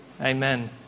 Amen